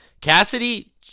Cassidy